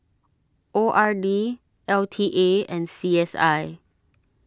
O R D L T A and C S I